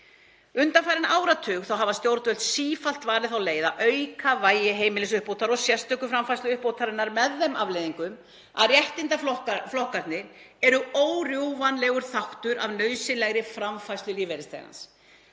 „Undanfarinn áratug hafa stjórnvöld sífellt valið þá leið að auka vægi heimilisuppbótar og sérstöku framfærsluuppbótarinnar með þeim afleiðingum að réttindaflokkarnir eru órjúfanlegur þáttur af nauðsynlegri framfærslu lífeyrisþega.“